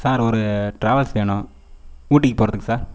sir ஒரு travels வேணும் ஊட்டிக்கு போகிறதுக்கு சார்